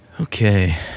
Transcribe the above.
Okay